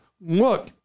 look